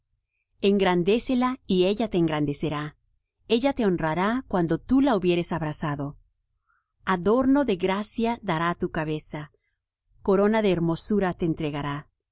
engrandécela y ella te engrandecerá ella te honrará cuando tú la hubieres abrazado adorno de gracia dará á tu cabeza corona de hermosura te entregará oye